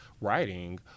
writing